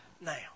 now